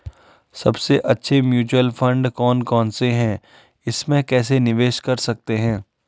सबसे अच्छे mutual fund कौन कौनसे हैं इसमें कैसे निवेश कर सकते हैं?